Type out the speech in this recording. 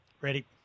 Ready